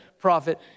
prophet